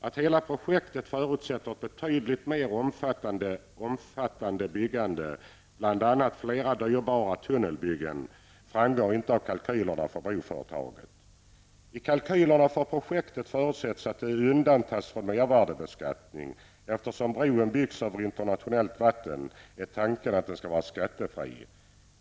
Att hela projektet förutsätter ett betydligt mera omfattande byggande, bl.a. flera dyrbara tunnelbyggen, framgår inte av kalkylerna för broföretaget. -- I kalkylerna för projektet förutsätts att det undantas från mervärdebeskattning. Eftersom bron byggs över internationellt vatten är tanken att den skall vara skattefri.